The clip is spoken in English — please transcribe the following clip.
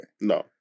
No